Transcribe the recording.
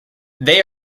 they